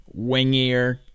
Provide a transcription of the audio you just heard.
wingier